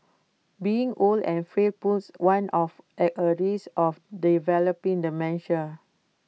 being old and frail puts one at A high risk of developing dementia